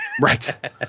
right